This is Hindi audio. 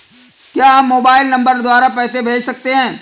क्या हम मोबाइल नंबर द्वारा पैसे भेज सकते हैं?